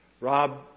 Rob